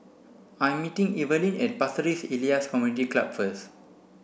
I'm meeting Evalyn at Pasir Ris Elias Community Club first